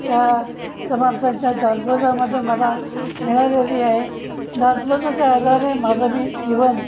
त्या समर्थांच्या दाजबोजामदे मला मिळालेली आहे दाजबोजाच्या आधारे माझं मी जीवन